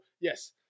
yes